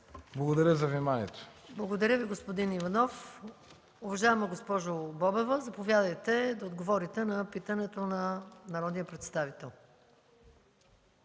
МАЯ МАНОЛОВА: Благодаря Ви, господин Иванов. Уважаема госпожо Бобева, заповядайте да отговорите на питането на народния представител.